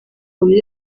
buryo